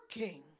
working